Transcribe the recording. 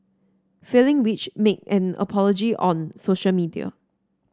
failing which make an apology on social media